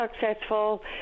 successful